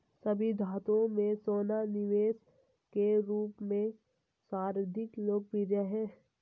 सभी धातुओं में सोना निवेश के रूप में सर्वाधिक लोकप्रिय है